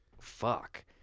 Fuck